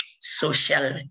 social